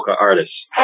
artists